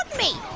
me.